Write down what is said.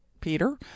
Peter